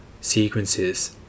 sequences